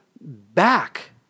back